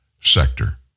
sector